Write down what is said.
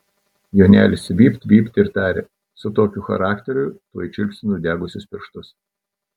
jonelis vypt vypt ir tarė su tokiu charakteriu tuoj čiulpsi nudegusius pirštus